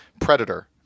Predator